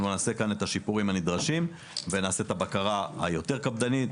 אנחנו נעשה כאן את השיפורים הנדרשים ונעשה את הבקרה היותר קפדנית,